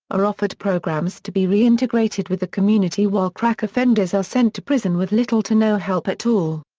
are offered programs to be reintegrated with the community while crack offenders are sent to prison with little to no help at all.